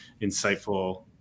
insightful